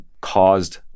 caused